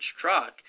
truck